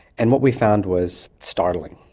and what we found was startling.